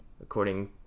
according